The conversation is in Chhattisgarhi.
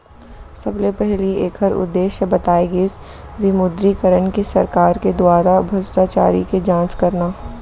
सबले पहिली ऐखर उद्देश्य बताए गिस विमुद्रीकरन के सरकार के दुवारा भस्टाचारी के जाँच करना